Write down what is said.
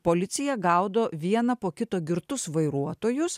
policija gaudo vieną po kito girtus vairuotojus